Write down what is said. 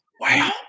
Wow